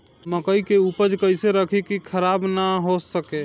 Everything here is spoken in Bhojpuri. मकई के उपज कइसे रखी की खराब न हो सके?